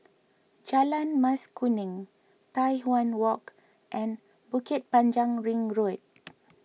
Jalan Mas Kuning Tai Hwan Walk and Bukit Panjang Ring Road